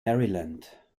maryland